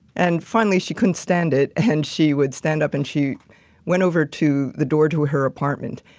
and finally, she couldn't stand it, and she would stand up and she went over to the door to her apartment,